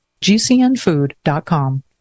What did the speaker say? GCNfood.com